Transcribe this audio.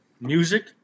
music